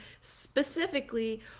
specifically